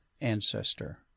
ancestor